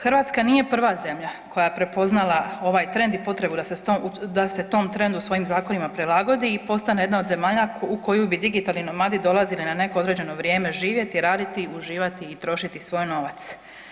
Hrvatska nije prva zemlja koja je prepoznala ovaj trend i potrebu da se tom trendu svojim zakonima prilagodi i postane jedna od zemalja u koju bi digitalni nomadi dolazili na neko određeno vrijeme živjeti, raditi, uživati i trošiti svoj novac.